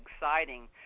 exciting